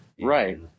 right